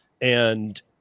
And-